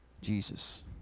Jesus